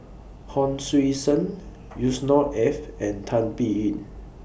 Hon Sui Sen Yusnor Ef and Tan Biyun